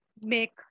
make